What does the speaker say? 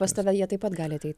pas tave jie taip pat gali ateit